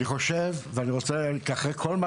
אני חושב ואני רוצה להגיד אחרי כל מה